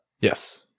Yes